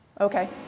Okay